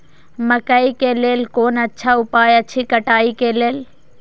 मकैय के लेल कोन अच्छा उपाय अछि कटाई के लेल?